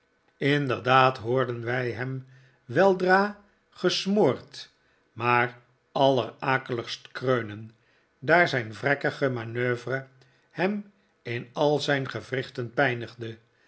inderdaad hoorden wij hem weldra gesmoord maar allerakeligst kreunen daar zijn vrekkige manoeuvre hem in al zijn gewrichten pijnigde